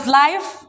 life